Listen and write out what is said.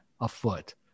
afoot